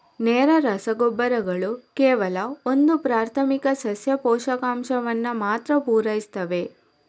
ನೇರ ರಸಗೊಬ್ಬರಗಳು ಕೇವಲ ಒಂದು ಪ್ರಾಥಮಿಕ ಸಸ್ಯ ಪೋಷಕಾಂಶವನ್ನ ಮಾತ್ರ ಪೂರೈಸ್ತವೆ